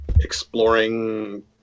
exploring